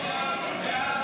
ההצעה